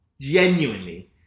genuinely